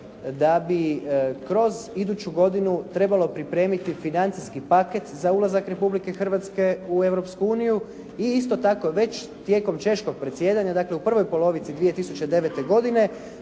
da bi kroz iduću godinu trebalo pripremiti financijski paket za ulazak Republike Hrvatske u Europsku uniju. I isto tako, već tijekom češkog predsjedanja, dakle u prvoj polovici 2009. godini,